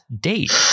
date